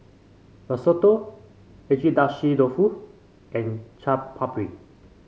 Risotto Agedashi Dofu and Chaat Papri